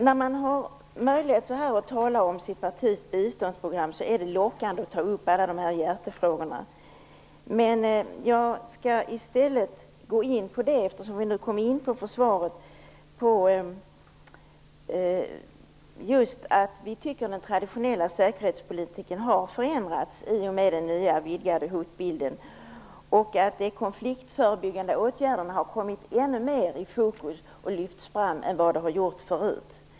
När man har möjlighet att tala om sitt partis biståndsprogram, är det lockande att ta upp alla hjärtefrågor. Eftersom vi nu kom in på försvaret, skall jag i stället bara säga att vi tycker att den traditionella säkerhetspolitiken har förändrats i och med den nya, vidgade hotbilden och att de konfliktförebyggande åtgärderna har kommit ännu mer i fokus och lyfts fram mer än förut.